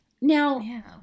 now